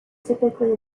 typically